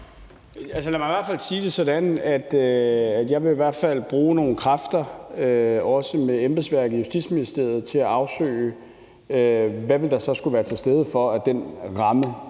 Lad mig sige det sådan, at jeg i hvert fald vil bruge nogle kræfter, også med embedsværket i Justitsministeriet, til at afsøge, hvad der så ville skulle være til stede, for at den ramme